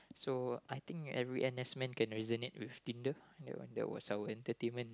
so I think every n_s men can reason it with Tinder uh that was our entertainment